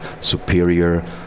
superior